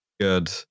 Good